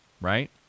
right